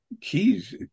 keys